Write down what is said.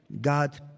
God